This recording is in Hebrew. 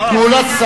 אני מבינה.